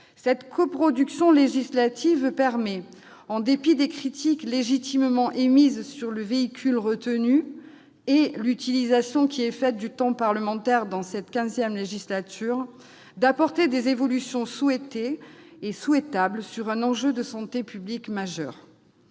Cette coproduction législative permet, en dépit des critiques légitimes émises sur le véhicule retenu et l'utilisation qui est faite du temps parlementaire dans cette quinzième législature, d'apporter des évolutions souhaitées et souhaitables s'agissant d'un enjeu de santé publique majeur.